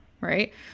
right